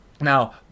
Now